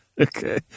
Okay